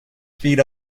feed